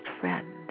friend